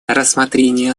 рассмотрение